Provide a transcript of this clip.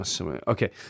Okay